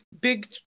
big